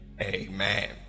amen